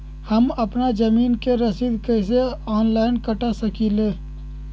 हम अपना जमीन के रसीद कईसे ऑनलाइन कटा सकिले?